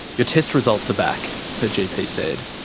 your test results are back her gp said,